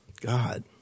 God